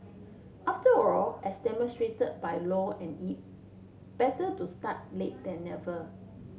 after all as demonstrated by Low and Yip better to start late then never